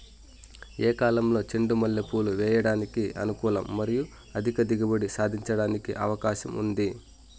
ఏ కాలంలో చెండు మల్లె పూలు వేయడానికి అనుకూలం మరియు అధిక దిగుబడి సాధించడానికి అవకాశం ఉంది?